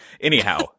Anyhow